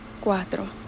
cuatro